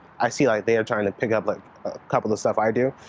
i see, like, they're trying to pick up like a couple of the stuff i do.